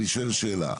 אני שואל שאלה.